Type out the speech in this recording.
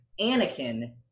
Anakin